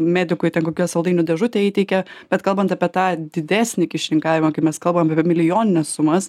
medikui ten kokią saldainių dėžutę įteikia bet kalbant apie tą didesnį kyšininkavimą kai mes kalbam apie milijonines sumas